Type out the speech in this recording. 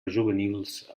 juvenils